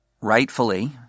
rightfully –